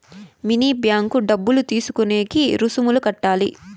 mini bank డబ్బులు తీసుకునేకి రుసుములు కట్టాలి